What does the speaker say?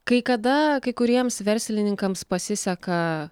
kai kada kai kuriems verslininkams pasiseka